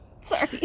sorry